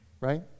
right